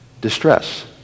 distress